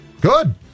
Good